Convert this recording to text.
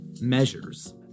measures